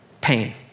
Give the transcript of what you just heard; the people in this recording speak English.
pain